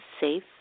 safe